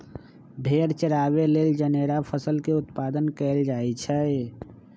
भेड़ा चराबे लेल जनेरा फसल के उत्पादन कएल जाए छै